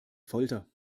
folter